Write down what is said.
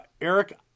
Eric